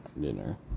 dinner